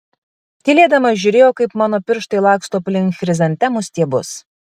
tylėdama žiūrėjo kaip mano pirštai laksto aplink chrizantemų stiebus